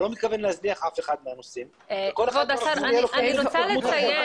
לא מתכוון להזניח אף אחד מהנושאים - יהיה לו קצב התקדמות אחר.